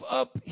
up